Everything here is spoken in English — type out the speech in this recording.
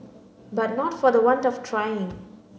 but not for the want of trying